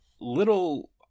little